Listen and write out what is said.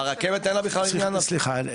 לרכבת אין בכלל עניין --- כמה --- סליחה,